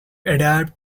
adapt